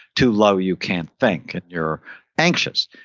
too low you can't think and you're anxious.